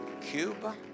Cuba